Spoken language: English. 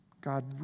God